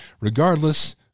regardless